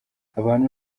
abantu